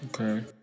Okay